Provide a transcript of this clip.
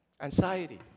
anxiety